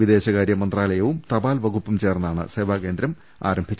വിദേശകാര്യമന്ത്രാല യവും തപാൽ വകുപ്പും ചേർന്നാണ് സേവാകേന്ദ്രം ആരംഭിച്ചത്